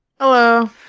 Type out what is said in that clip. Hello